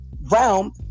realm